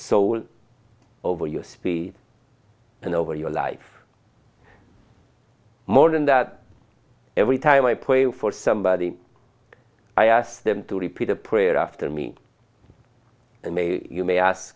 soul over your speed and over your life more than that every time i pray for somebody i ask them to repeat a prayer after me and may you may ask